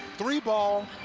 three ball,